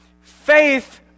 Faith